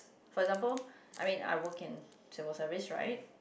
for example I mean I walk in she was service right